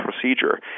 procedure